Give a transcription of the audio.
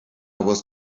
was